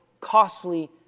costly